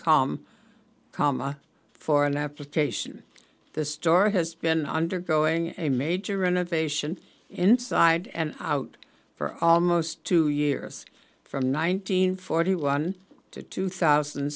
com cama for an application the store has been undergoing a major renovation inside and out for almost two years from nineteen forty one to two thousand